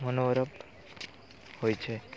मनोरम होइ छै